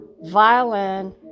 violin